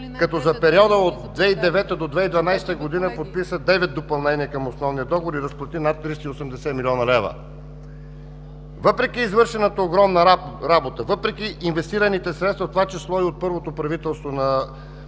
като за периода от 2009 до 2012 г. подписа девет допълнения към основния договор и разплати над 380 млн. лв. Въпреки извършената огромна работа, въпреки инвестираните средства, в това число и от първото правителство на